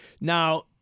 now